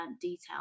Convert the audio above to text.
detail